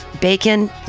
Bacon